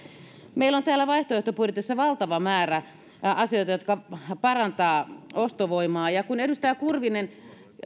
meillä on täällä vaihtoehtobudjetissa valtava määrä asioita jotka parantavat ostovoimaa ja kun edustaja kurvinen